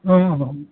ओं